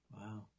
Wow